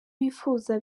bifuza